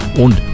und